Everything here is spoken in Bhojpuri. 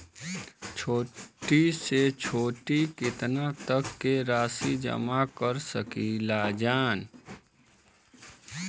छोटी से छोटी कितना तक के राशि जमा कर सकीलाजा?